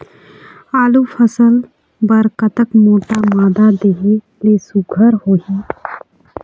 आलू फसल बर कतक मोटा मादा देहे ले सुघ्घर होही?